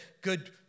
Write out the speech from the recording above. good